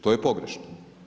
To je pogrešno.